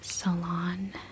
salon